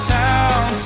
town